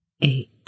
eight